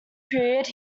period